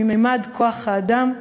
ממד כוח-האדם,